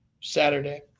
Saturday